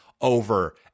over